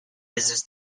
business